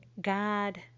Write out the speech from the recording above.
God